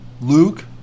Luke